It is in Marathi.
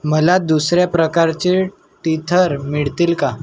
मला दुसऱ्या प्रकारचे टीथर मिळतील का